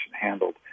handled